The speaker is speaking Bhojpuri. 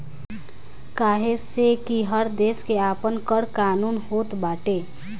काहे से कि हर देस के आपन कर कानून होत बाटे